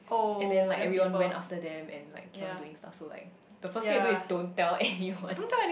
and then like everyone went after them and like kept on doing stuff so like the first thing you do is don't tell anyone